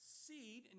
seed